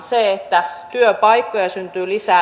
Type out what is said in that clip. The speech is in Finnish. siten että työpaikkoja syntyy lisää